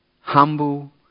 humble